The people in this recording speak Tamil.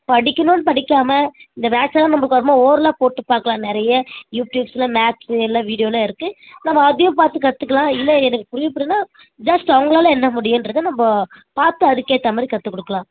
படிக்கணும்னு படிக்காமல் இந்த மேக்ஸை எல்லாம் ஒரேல்லா போட்டு பார்க்கலாம் நிறைய யூடியூப்ஸில் மேக்ஸ்ஸு எல்லாம் வீடியோ எல்லாம் இருக்கு நம்ம அதையும் பார்த்து கற்றுக்கலாம் இல்லை எனக்கு புரிய ஜஸ்ட் அவங்களால் என்ன முடியும்ன்றதை நம்ப பார்த்து அதுக்கு ஏற்றா மாதிரி கற்று கொடுக்கலாம்